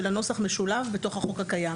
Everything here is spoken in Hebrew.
של הנוסח המשולב בתוך החוק הקיים,